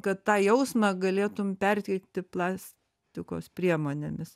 kad tą jausmą galėtum perteikti plastikos priemonėmis